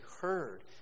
heard